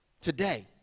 today